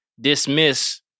dismiss